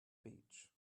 beach